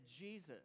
Jesus